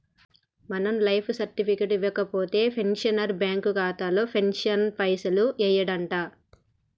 మనం life certificate ఇవ్వకపోతే pensioner bank ఖాతాలో పెన్షన్ పైసలు యెయ్యడంట